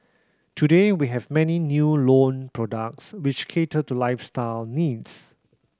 today we have many new loan products which cater to lifestyle needs